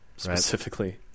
specifically